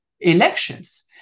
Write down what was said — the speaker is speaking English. elections